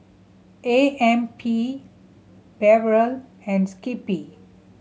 A M P Barrel and Skippy